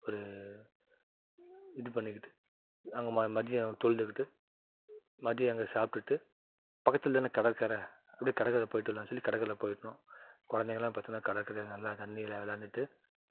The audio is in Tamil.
ஒரு இது பண்ணிக்கிட்டு அங்கே ம மதியம் தொழுதுக்கிட்டு மதியம் அங்கே சாப்பிட்டுட்டு பக்கத்தில் தான் கடற்கரை அப்படி கடற்கரை போயிட்டு வரலான் சொல்லி கடற்கரையில் போயிட்டோம் கொழந்தைங்கள்லாம் பார்த்தின்னா கடற்கரையில் நல்லா தண்ணியில் விளாண்டுட்டு